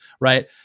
right